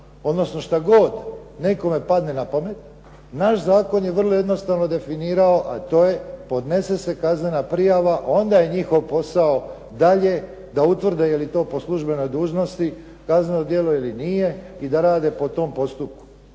odnosno šta god nekome padne na pamet. Naš zakon je vrlo jednostavno definirao, a to je podnese se kaznena prijava, onda je njihov posao dalje da utvrde je li to po službenoj dužnosti kazneno djelo ili nije i da rade po tom postupku